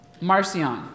Marcion